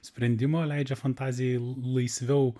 sprendimo leidžia fantazijai laisviau